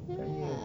tired